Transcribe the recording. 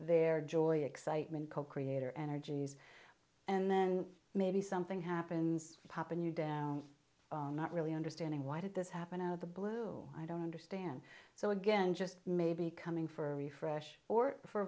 there joy excitement co creator energies and then maybe something happens pop and you down not really understanding why did this happen out of the blue i don't understand so again just maybe coming for you fresh or for